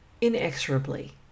inexorably